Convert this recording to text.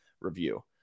review